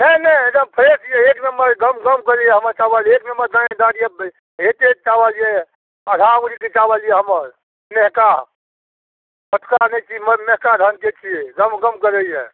नहि नहि एकदम फ्रेश अइ एक नम्बर गमगम करैए हमर चावल एक नम्बर दाना अइ एतेक चावल अइ आधा अङ्गुरीके चावल अइ हमर मेहका मोटका नहि छी मेहका धानके छिए गमगम करैए